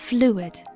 Fluid